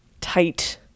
tight